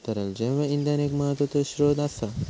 तरल जैव इंधन एक महत्त्वाचो स्त्रोत असा